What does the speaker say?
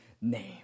name